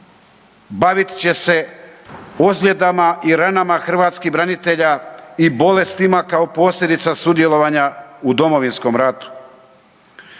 Bavit će se ozljedama i ranama hrvatskih branitelja i bolestima kao posljedica sudjelovanja u Domovinskom ratu.